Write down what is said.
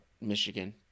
Michigan